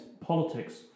politics